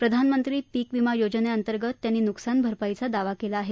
प्रधानमंत्री पीक विमा योजनेअंतर्गत त्यांनी नुकसानभरपाईचा दावा केला आहे